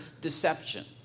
deception